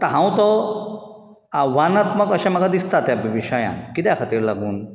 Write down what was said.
आतां हांव तो आव्हानात्मक अशें म्हाका दिसता त्या विशयान कित्या खातीर लागून